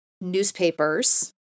newspapers